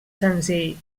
senzill